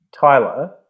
Tyler